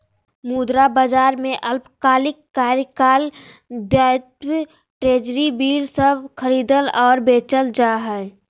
मुद्रा बाजार में अल्पकालिक कार्यकाल दायित्व ट्रेज़री बिल सब खरीदल और बेचल जा हइ